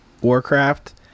warcraft